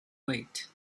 wait